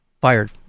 fired